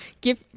Give